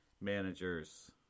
managers